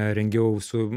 rengiau su